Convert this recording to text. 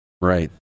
right